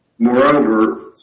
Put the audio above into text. Moreover